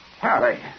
Harry